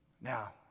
now